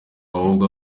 ahubwo